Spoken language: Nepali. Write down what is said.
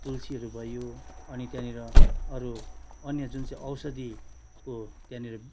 तुलसीहरू भयो अनि त्यहाँनिर अरू अन्य जुन चाहिँ औषधीको त्यहाँनिर